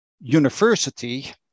university